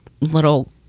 little